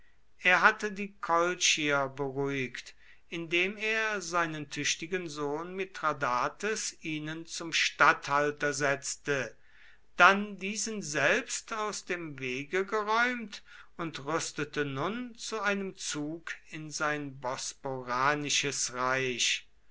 er hatte die kolchier beruhigt indem er seinen tüchtigen sohn mithradates ihnen zum statthalter setzte dann diesen selbst aus dem wege geräumt und rüstete nun zu einem zug in sein bosporanisches reich